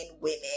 women